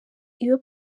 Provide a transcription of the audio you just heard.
iyo